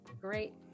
Great